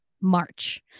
March